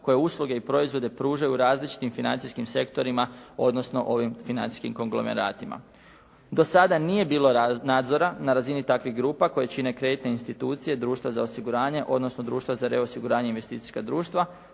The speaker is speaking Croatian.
koji usluge i proizvode pružaju u različitim financijskim sektorima, odnosno ovim financijskim konglomeratima. Do sada nije bilo nadzora na razini takvih grupa koje čine kreditne institucije društva za osiguranje, odnosno društva za reosiguranje i investicijska društva